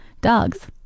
dogs